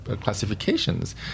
classifications